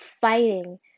fighting